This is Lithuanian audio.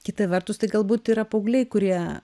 kita vertus tai galbūt yra paaugliai kurie